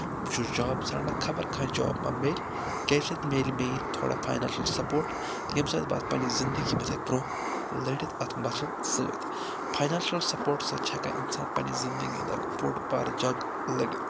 بہٕ چھُس جاب ژھانٛڈنا خبر کانٛہہ جاب مہ مِلہِ کیٚمہِ سۭتۍ میلہِ میٲنۍ تھوڑا فاینانشَل سَپوٹ ییٚمہِ سۭتۍ بہٕ اَتھ پَنٕنہِ زندگی منٛز ہا برونٛہہ لٔڑِتھ اَتھ مثلن سۭتۍ فاینانشَل سَپوٹس سۭتۍ چھِ ہیٚکان اِنسان پَنٕنہِ زندگی ہُنٛد اکھ بوٚڑ بار جنٛگ لٔڑِتھ